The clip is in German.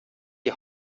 die